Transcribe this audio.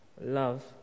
Love